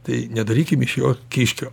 tai nedarykim iš jo kiškio